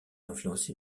influencé